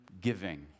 giving